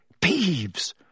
Peeves